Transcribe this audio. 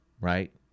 right